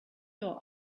your